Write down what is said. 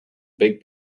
big